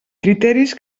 criteris